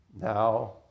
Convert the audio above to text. now